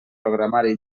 programari